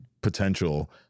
potential